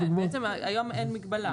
בעצם היום אין מגבלה.